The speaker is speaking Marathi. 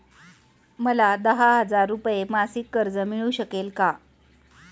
मला दहा हजार रुपये मासिक कर्ज मिळू शकेल का?